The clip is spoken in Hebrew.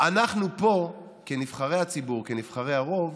אנחנו פה, כנבחרי הציבור, כנבחרי הרוב,